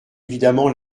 évidemment